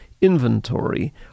inventory